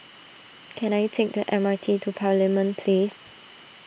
can I take the M R T to Parliament Place